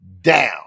down